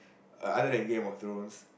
other than game of thrones